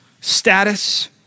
Status